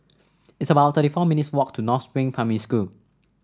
it's about thirty four minutes' walk to North Spring Primary School